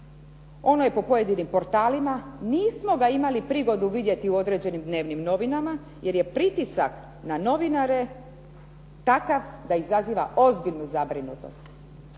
ono je po pojedinim portalima, nismo ga imali prigodu vidjeti u određenim dnevnim novinama, jer je pritisak na novinare takav da izaziva ozbiljnu zabrinutost.